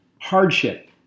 Hardship